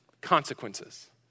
consequences